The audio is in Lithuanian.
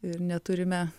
ir neturime